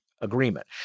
agreement